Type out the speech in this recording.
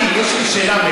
יש לי שאלה,